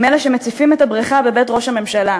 אלה שמציפים את הבריכה בבית ראש הממשלה,